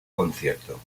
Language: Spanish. concierto